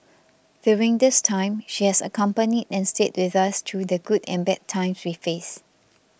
during this time she has accompanied and stayed with us through the good and bad times we faced